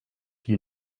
you